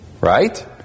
right